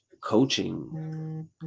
coaching